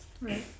Right